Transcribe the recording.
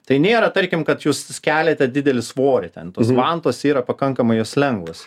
tai nėra tarkim kad jūs keliate didelį svorį ten tos vantos yra pakankamai jos lengvos